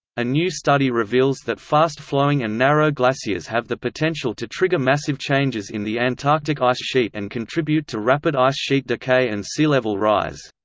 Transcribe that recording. a new study reveals that fast-flowing and narrow glaciers have the potential to trigger massive changes in the antarctic ice sheet and contribute to rapid ice-sheet decay and sea-level rise.